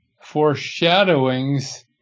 foreshadowings